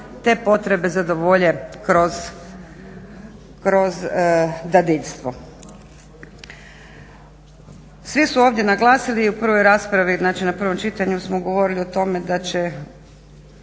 te potrebe zadovolje kroz dadiljstvo. Svi su ovdje naglasili i u prvoj raspravi znači na prvom čitanju smo govorili o tome da će